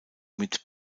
mit